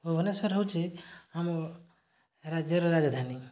ଭୁବନେଶ୍ୱର ହେଉଛି ଆମ ରାଜ୍ୟର ରାଜଧାନୀ